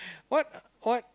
what what